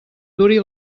duri